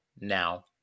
now